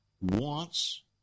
wants